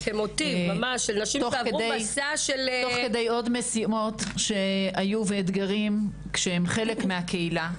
תוך כדי עוד משימות ואתגרים כשהן חלק מהקהילה.